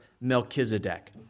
Melchizedek